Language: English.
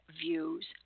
views